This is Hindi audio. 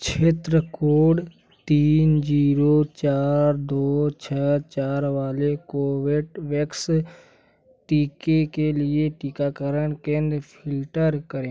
क्षेत्र कोड तीन जीरो चार दो छः चार वाले कोवेट वैक्स टीके के लिए टीकाकरण केंद्र फ़िल्टर करें